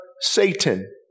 Satan